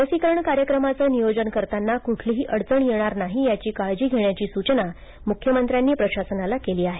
लसीकरण कार्यक्रमाचं नियोजन करताना कुठलीही अडचण येणार नाही याची काळजी घेण्याची सूचना मुख्यमंत्र्यांनी प्रशासनाला केली आहे